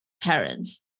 parents